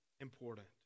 important